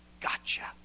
gotcha